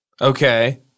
Okay